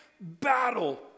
battle